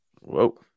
Whoa